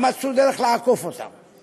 הן מצאו דרך לעקוף אותם,